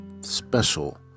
special